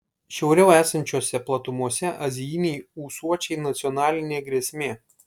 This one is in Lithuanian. šiauriau esančiose platumose azijiniai ūsuočiai nacionalinė grėsmė